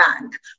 bank